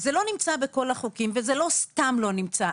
זה לא נמצא בכל החוקים וזה לא סתם לא נמצא.